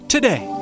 Today